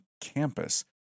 campus